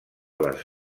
les